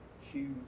huge